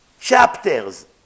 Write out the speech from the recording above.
chapters